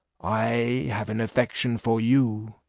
i have an affection for you,